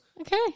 Okay